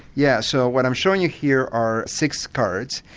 yeah so what i'm showing you here are six cards,